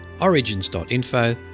origins.info